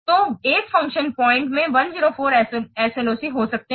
तो 1 function point में 104 SLOC हो सकते हैं